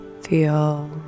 Feel